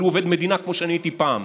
אבל הוא עובד מדינה, כמו שאני הייתי פעם.